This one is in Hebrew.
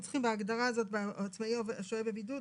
בהגדרה של "עצמאי השוהה בבידוד",